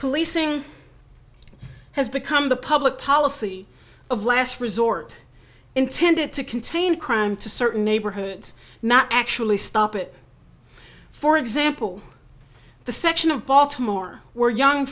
policing has become the public policy of last resort intended to contain crime to certain neighborhoods not actually stop it for example the section of baltimore where young